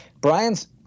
Brian's